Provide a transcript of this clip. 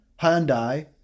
Hyundai